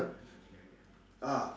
ah